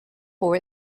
for